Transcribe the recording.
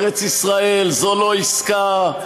ארץ-ישראל זו לא עסקה,